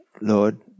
Lord